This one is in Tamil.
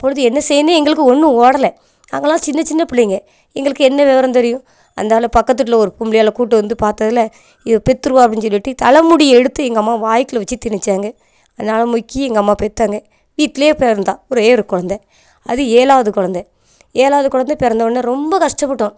அப்பொழுது என்ன செய்யணுன்னு எங்களுக்கு ஒன்றும் ஓடலை நாங்கள்லாம் சின்ன சின்ன பிள்ளைங்க எங்களுக்கு என்ன விவரம் தெரியும் அந்தால பக்கத்து வீட்டில் உள்ள பொம்பளையாவில் கூட்டு வந்து பார்த்ததுல இவள் பெற்றுடுவா அப்படின்னு சொல்லிட்டு தலை முடி எடுத்து எங்கள் அம்மா வாய்க்குள்ளே வச்சு திணிச்சாங்க நான் முக்கி எங்கள் அம்மா பெற்றாங்க வீட்லேயே பிறந்தா ஒரே ஒரு குழந்த அது ஏழாவது குழந்த ஏழாவது குழந்த பிறந்தவொன்னே ரொம்ப கஷ்டப்பட்டோம்